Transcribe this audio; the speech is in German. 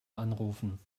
anrufen